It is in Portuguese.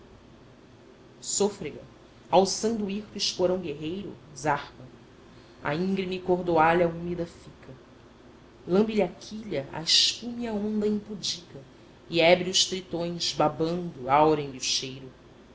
sôfrega alçando o hirto esporão guerreiro zarpa a íngreme cordoalha úmida fica lambe lhe a quilha a espúmea onda impudica e ébrios tritões babando haurem lhe o cheiro